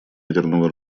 ядерного